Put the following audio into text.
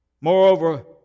Moreover